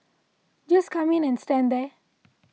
just come in and stand there